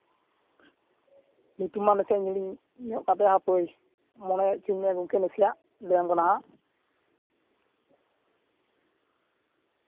ᱧᱩᱛᱩᱢ ᱢᱟ ᱱᱟᱥᱮᱱᱟᱜ ᱤᱧ ᱦᱤᱲᱤᱧ ᱧᱚᱜ ᱟᱠᱟᱫ ᱛᱟᱭᱟ ᱦᱟᱯᱳᱭ ᱢᱚᱱᱮ ᱦᱚᱪᱚᱣᱟᱹᱧ ᱢᱮ ᱜᱚᱝᱠᱮ ᱱᱟᱥᱮᱱᱟᱜ ᱞᱟᱹᱭᱟᱢ ᱠᱟᱱᱟ ᱦᱟᱸᱜ